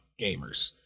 gamers